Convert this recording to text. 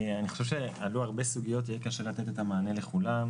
אני חושב שעלו הרבה סוגיות ויהיה קשה לתת את המענה לכולן.